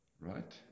Right